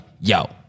yo